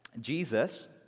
Jesus